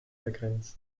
begrenzt